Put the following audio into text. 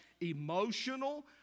emotional